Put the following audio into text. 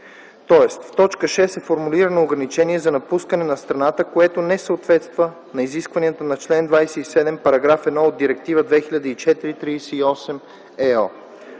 Тоест, в т.6 е формулирано ограничение за напускане на страната, което не съответства на изискванията на чл.27, § 1 от Директива 2004/38/ЕО.